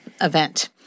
event